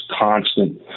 constant